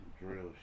drill